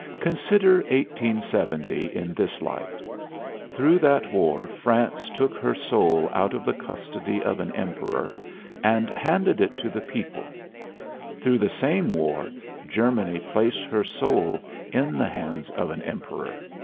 consider seventy in this light through that war france took her soul out of the custody of an emperor and handed it to the people through the same war germany placed her soul in the hands of an emperor.